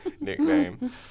nickname